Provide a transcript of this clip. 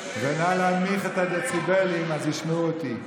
ונא להנמיך את הדציבלים, אז ישמעו אותי.